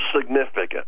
significant